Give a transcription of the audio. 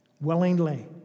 Willingly